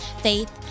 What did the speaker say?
faith